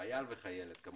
חייל וחיילת.